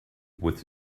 with